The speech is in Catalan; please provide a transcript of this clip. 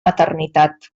maternitat